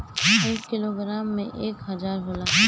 एक किलोग्राम में एक हजार ग्राम होला